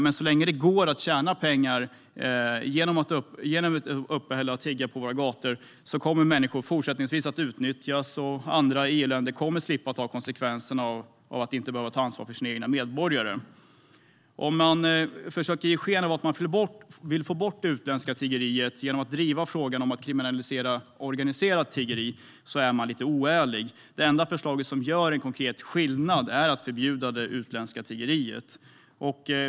Men så länge man kan tjäna pengar och sitt uppehälle genom att tigga på våra gator kommer människor fortsättningsvis att utnyttjas, och andra EU-länder kommer att slippa att ta konsekvenserna av att inte de inte tar ansvar för sina egna medborgare. Om man försöker ge sken av att man vill få bort det utländska tiggeriet genom att driva frågan om att kriminalisera organiserat tiggeri är man lite oärlig. Det enda förslag som gör en konkret skillnad är att förbjuda det utländska tiggeriet.